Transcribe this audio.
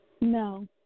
No